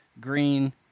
Green